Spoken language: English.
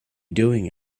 doing